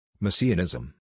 messianism